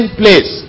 place